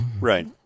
Right